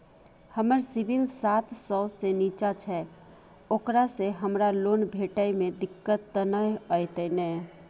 हमर सिबिल सात सौ से निचा छै ओकरा से हमरा लोन भेटय में दिक्कत त नय अयतै ने?